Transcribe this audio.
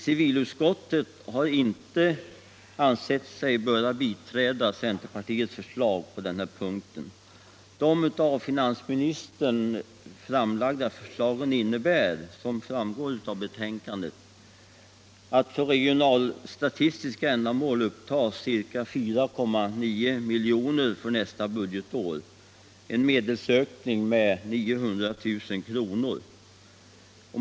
Civilutskottet har inte ansett sig böra biträda centerpartiets förslag på den här punkten. De av finansministern framlagda förslagen innebär såsom framgår av betänkandet att för regionalstatistiska ändamål skall upptas ca 4,9 milj.kr. för nästa budgetår, en medelsökning med 900 000 kr.